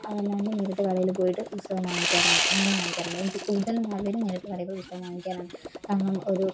അതല്ലാണ്ട് നേരിട്ട് കടയില് പോയിട്ട് പുസ്തകം വാങ്ങിക്കാറുണ്ട് അങ്ങനെയും വാങ്ങിക്കാറുണ്ട് എനിക്ക് കൂടുതലും താല്പര്യം നേരിട്ട് കടയില്പ്പോയി പുസ്തകം വാങ്ങിക്കാനാണ് കാരണം ഒരു